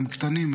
הם קטנים,